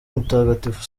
mutagatifu